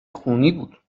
خونی